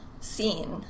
scene